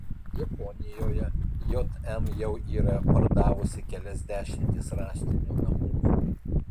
japonijoje jm jau yra pardavusi kelias dešimtis rąstinių namų